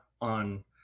on